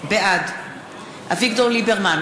בעד אביגדור ליברמן,